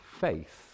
faith